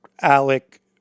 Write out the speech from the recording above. Alec